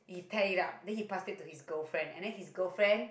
pack it up then he pass it to his girlfriend and then his girlfriend